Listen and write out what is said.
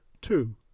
Two